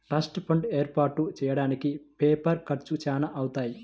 trust fund ఏర్పాటు చెయ్యడానికి paper ఖర్చులు చానా అవుతాయి